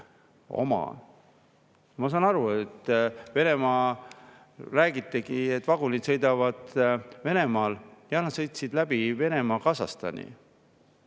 Ma saan aru, räägitigi, et vagunid sõidavad Venemaal. Jah, nad sõitsid läbi Venemaa Kasahstani.